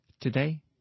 today